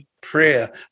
prayer